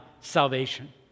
salvation